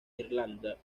irlanda